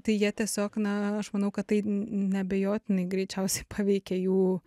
tai jie tiesiog na aš manau kad tai neabejotinai greičiausiai paveikė jų